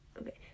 okay